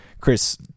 Chris